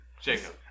Jacob